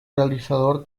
realizador